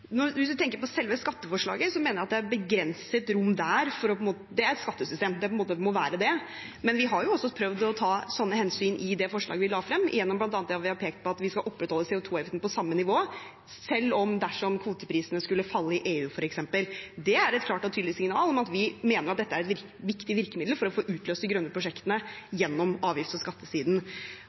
det må på en måte være det. Men vi har også prøvd å ta slike hensyn i det forslaget vi la frem, gjennom bl.a. at vi har pekt på at vi skal opprettholde CO 2 -avgiften på samme nivå, selv om kvoteprisene skulle falle i EU f.eks. Det er et klart og tydelig signal om at vi mener dette er et viktig virkemiddel for å få utløst de grønne prosjektene gjennom avgifts- og skattesiden.